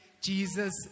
jesus